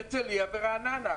הרצליה ורעננה.